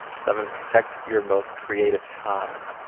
seven, protect your most creative time.